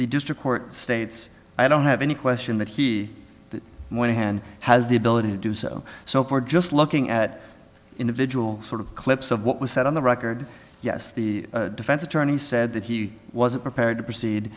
court states i don't have any question that he went ahead and has the ability to do so so for just looking at individual sort of clips of what was said on the record yes the defense attorney said that he wasn't prepared to proceed